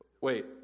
Wait